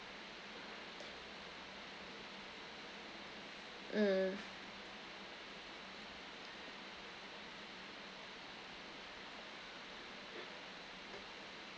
mm